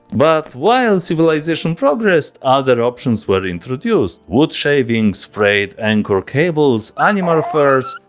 but while civilization progressed, other options were introduced wood shavings, frayed anchor cables, animal furs,